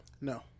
No